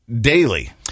daily